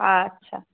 আচ্ছা